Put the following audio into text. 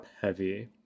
heavy